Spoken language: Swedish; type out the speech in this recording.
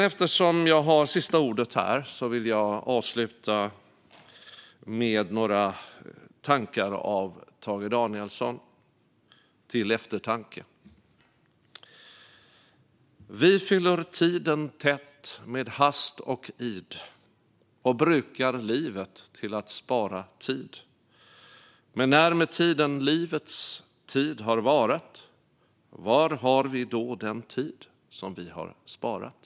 Eftersom jag har sista ordet vill jag avsluta med några tankar av Piet Hein, till eftertanke: Vi fyller tiden tättmed hast och idoch brukar livettill att spara tid. Men när med tidenlivets tid har varat var har vi dåden tid som vi har sparat?